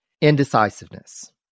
indecisiveness